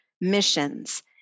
missions